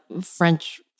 French